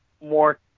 more